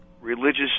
religious